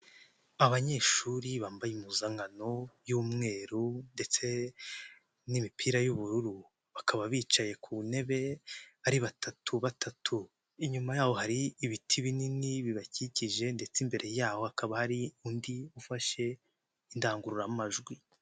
Abanyeshuri bambaye impuzankano y'umweru ndetse n'imipira y'ubururu bakaba bicaye ku ntebe ari batatu batatu. Inyuma yaho hari ibiti binini bibakikije ndetse imbere yaho hakaba hari undi ufashe indangururamajwi.